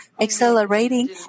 accelerating